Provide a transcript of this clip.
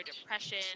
depression